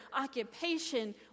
occupation